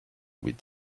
with